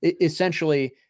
essentially –